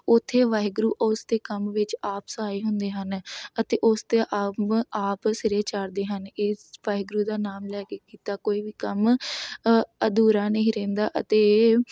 ਉੱਥੇ ਵਾਹਿਗੁਰੂ ਉਸ ਦੇ ਕੰਮ ਵਿੱਚ ਆਪ ਸਹਾਈ ਹੁੰਦੇ ਹਨ ਅਤੇ ਉਸਦੇ ਆਪ ਆਪ ਸਿਰੇ ਚਾੜਦੇ ਹਨ ਇਸ ਵਾਹਿਗੁਰੂ ਦਾ ਨਾਮ ਲੈ ਕੇ ਕੀਤਾ ਕੋਈ ਵੀ ਕੰਮ ਅਧੂਰਾ ਨਹੀਂ ਰਹਿੰਦਾ ਅਤੇ ਇਹ